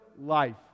life